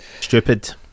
stupid